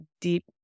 deep